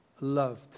loved